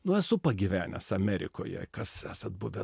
nu esu pagyvenęs amerikoje kas esat buvę